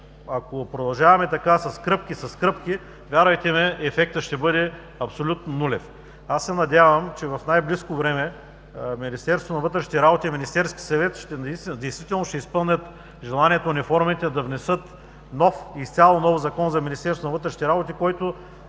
Ако продължаваме с кръпки, вярвайте ми, ефектът ще бъде нулев. Надявам се, че в най-близко време Министерството на вътрешните работи и Министерският съвет действително ще изпълнят желанието на униформените да внесат изцяло нов Закон за Министерството на вътрешните работи, който,